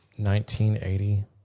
1980